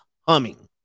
humming